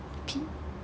P